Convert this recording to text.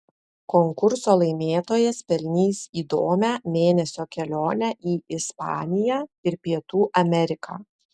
konkurso laimėtojas pelnys įdomią mėnesio kelionę į ispaniją ir pietų ameriką